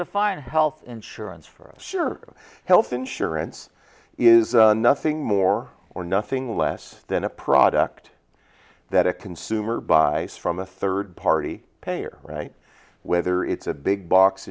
to fire health insurance for a sure health insurance is nothing more or nothing less than a product that a consumer buy from a third party payer right whether it's a big box